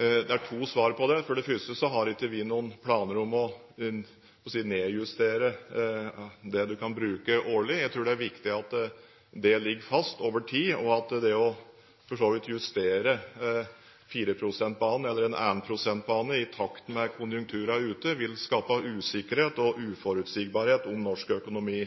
Det er to svar på det. For det første har ikke vi noen planer om å nedjustere det en kan bruke årlig. Jeg tror det er viktig at det ligger fast over tid, og at det å justere 4-prosentbanen eller en annen prosentbane i takt med konjunkturene ute vil skape usikkerhet og uforutsigbarhet om norsk økonomi.